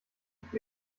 sich